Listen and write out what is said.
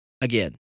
again